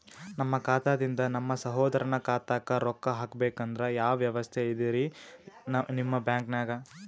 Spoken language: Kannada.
ನಮ್ಮ ಖಾತಾದಿಂದ ನಮ್ಮ ಸಹೋದರನ ಖಾತಾಕ್ಕಾ ರೊಕ್ಕಾ ಹಾಕ್ಬೇಕಂದ್ರ ಯಾವ ವ್ಯವಸ್ಥೆ ಇದರೀ ನಿಮ್ಮ ಬ್ಯಾಂಕ್ನಾಗ?